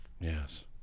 Yes